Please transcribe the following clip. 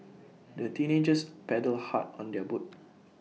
the teenagers paddled hard on their boat